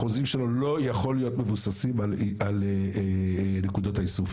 החוזים שלו לא יכולים להיות מבוססים על נקודות האיסוף,